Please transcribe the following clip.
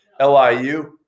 LIU